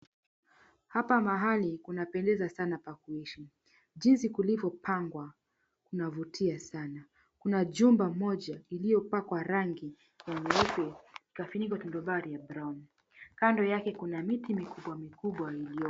Hapa mahali kunapendeza sana na kuishi. Jinsi kulivyopangwa kunavutia sana. Kuna jumba moja iliyopakwa rangi ya nyeupe na kufunikwa tonobari ya brown . Kando yake kuna miti mikubwa mikubwa iliyo.